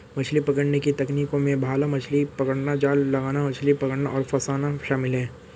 मछली पकड़ने की तकनीकों में भाला मछली पकड़ना, जाल लगाना, मछली पकड़ना और फँसाना शामिल है